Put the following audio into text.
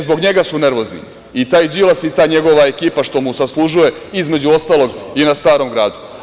Zbog njega su nervozni i taj Đilas i ta njegova ekipa što mu saslužuje, između ostalog, i na Starom Gradu.